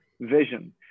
vision